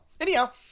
Anyhow